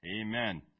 Amen